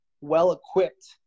well-equipped